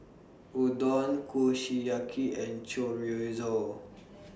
Udon Kushiyaki and Chorizo